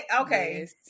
Okay